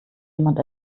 jemand